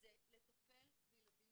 זה לטפל בילדים